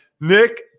nick